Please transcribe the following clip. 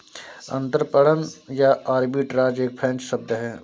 अंतरपणन या आर्बिट्राज एक फ्रेंच शब्द है